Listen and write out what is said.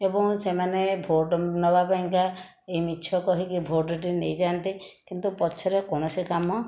ଏବଂ ସେମାନେ ଭୋଟ ନେବା ପାଇଁକା ଏଇ ମିଛ କହିକି ଭୋଟ ଟି ନେଇଯାଆନ୍ତି କିନ୍ତୁ ପଛରେ କୌଣସି କାମ